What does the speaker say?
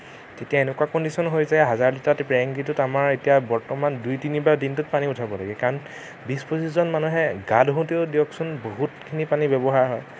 তেতিয়া এনেকুৱা কণ্ডিশ্যন হৈ যায় হাজাৰ লিটাৰ টেংকীটোত আমাৰ এতিয়া বৰ্তমান দুই তিনিবাৰ দিনটোত পানী উঠাব লাগে কাৰণ বিশ পঁচিশজন মানুহে গা ধুওতেও দিয়কচোন বহুতখিনি পানীৰ ব্যৱহাৰ হয়